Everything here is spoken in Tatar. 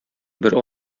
бер